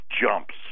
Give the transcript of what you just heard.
jumps